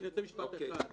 החוקה.